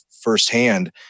firsthand